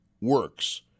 works